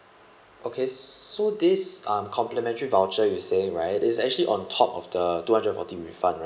okay so this um complimentary voucher you saying right is actually on top of the two hundred and forty refund right